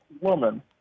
woman